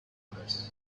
mars